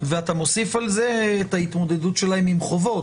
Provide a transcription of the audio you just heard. ואתה מוסיף על זה את ההתמודדות שלהם עם חובות.